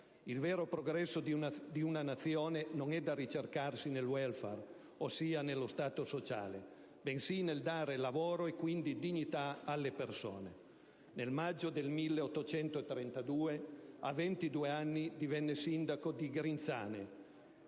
Il vero progresso di una Nazione non è da ricercarsi nel *welfare*, ossia nello Stato sociale, bensì nel dare lavoro e quindi dignità alle persone. Nel maggio del 1832, a ventidue anni divenne sindaco di Grinzane,